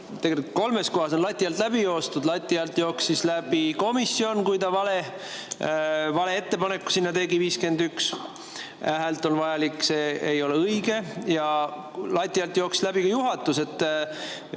kolmes kohas on lati alt läbi joostud. Lati alt jooksis läbi komisjon, kui ta tegi vale ettepaneku, et 51 häält on vajalik, mis ei ole õige, ja lati alt jooksis läbi ka juhatus.